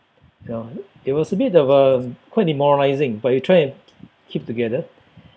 ya it was a bit of uh quite demoralising but we try and keep together